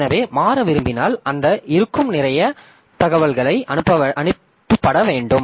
எனவே மாற விரும்பினால் அங்கே இருக்கும் நிறைய தகவல்கள் அனுப்பப்பட வேண்டும்